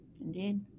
indeed